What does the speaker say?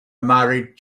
married